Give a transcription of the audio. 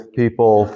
people